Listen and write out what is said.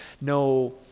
no